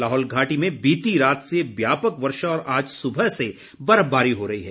लाहौल घाटी में बीती रात से व्यापक वर्षा और आज सुबह से बर्फबारी हो रही है